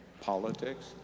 politics